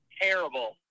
Terrible